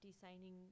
designing